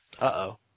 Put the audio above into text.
Uh-oh